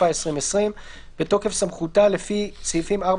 התשפ"א-2020 בתוקף סמכותה לפי סעיפים 4,